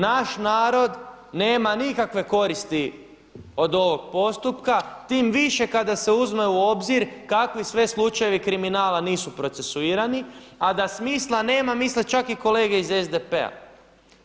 Naš narod nema nikakve koristi od ovog postupka, tim više kada se uzme u obzir kakvi sve slučajevi kriminala nisu procesuirani, a da smisla misle čak i kolege iz SDP-a.